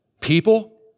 people